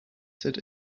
sit